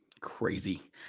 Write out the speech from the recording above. Crazy